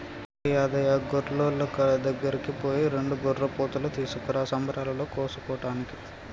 ఒరేయ్ యాదయ్య గొర్రులోళ్ళ దగ్గరికి పోయి రెండు గొర్రెపోతులు తీసుకురా సంబరాలలో కోసుకోటానికి